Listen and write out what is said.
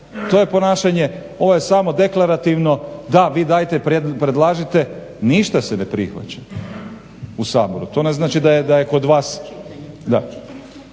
to ponašanje, ovo je samo deklarativno da, vi dajte predlažite ništa se ne prihvaća u Saboru. To ne znači da je kod vas,